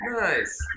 nice